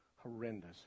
horrendous